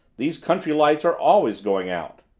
these country lights are always going out.